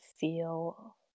feel